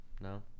No